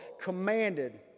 commanded